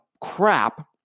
crap